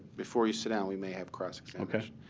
before you sit down, we may have cross-examination.